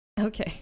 okay